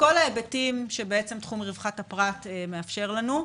מכל ההיבטים שתחום רווחת הפרט מאפשר לנו,